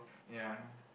ya